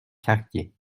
carrier